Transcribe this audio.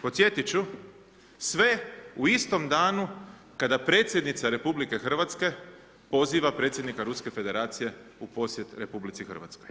Podsjetit ću, sve u istom dana kada predsjednica RH poziva predsjednika Ruske Federacije u posjet RH.